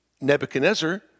Nebuchadnezzar